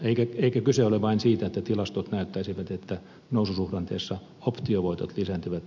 eikä kyse ole vain siitä että tilastot näyttäisivät että noususuhdanteessa optiovoitot lisääntyvät